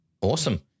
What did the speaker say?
Awesome